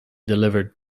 delivered